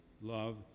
love